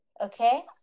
Okay